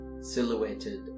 Silhouetted